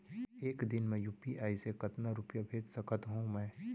एक दिन म यू.पी.आई से कतना रुपिया भेज सकत हो मैं?